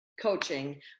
coaching